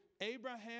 Abraham